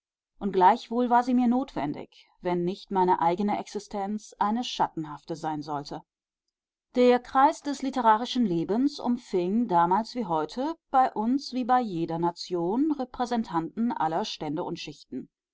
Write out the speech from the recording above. und gleichwohl war sie mir notwendig wenn nicht meine eigene existenz eine schattenhafte sein sollte der kreis des literarischen lebens umfing damals wie heute bei uns wie bei jeder nation repräsentanten aller stände und schichten